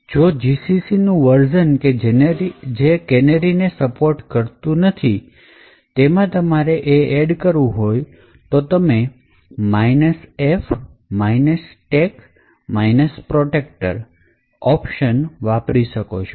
જો gcc નું version કે જે કેનેરી સપોર્ટ બાય ડિફોલ્ટ નથી કરતું તેમાં તમારે એ એડ કરવું હોય તો તમે f stack protector વાપરી શકો છો